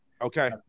Okay